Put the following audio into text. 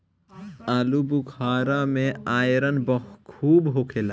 आलूबुखारा में आयरन खूब होखेला